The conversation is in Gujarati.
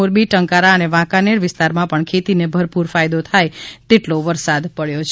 મોરબી ટંકારા અને વાંકાનેર વિસ્તાર માં પણ ખેતી ને ભરપૂર ફાયદો થાય તેટલો વરસાદ પડ્યો છે